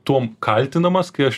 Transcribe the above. tuom kaltinamas kai aš